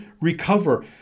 recover